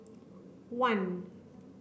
one